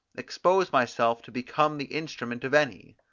expose myself to become the instrument of any.